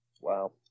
Wow